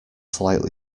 slightly